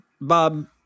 Bob